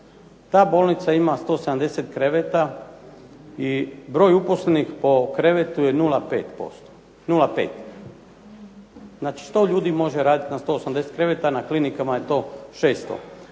Ta bolnica ima 170 kreveta i broj uposlenih po krevetu je 0,5, znači 100 ljudi može radit na 180 kreveta, na klinikama je to 600.